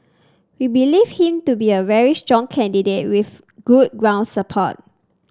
we believe him to be a very strong candidate with good ground support